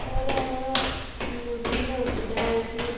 ଫଳରେ ଆମର ବିଭିନ୍ନ ଅସୁବିଧା ହେଉଛି